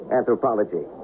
anthropology